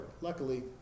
Luckily